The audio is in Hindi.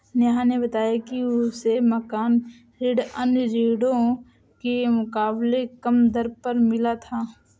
नेहा ने बताया कि उसे मकान ऋण अन्य ऋणों के मुकाबले कम दर पर मिला था